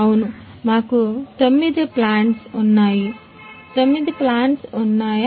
అవును మాకు తొమ్మిది ప్లాంట్స్ వున్నాయా